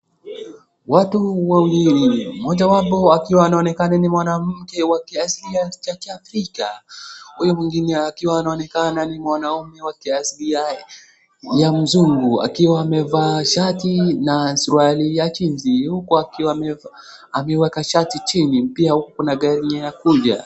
Watu wawili mojawapo akiwa anaonekana ni mwanamke wa kiasili cha kiafrika huyu mwingine akiwa anaonekana ni mwanaume wakiasili ya mzungu akiwa amevaa shati na suruali ya jeans huku akiwa ameweka shati chini pia huku kuna gari yenye inakuja.